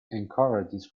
encourages